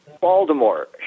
Baltimore